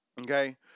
Okay